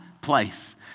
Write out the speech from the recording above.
place